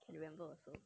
I remember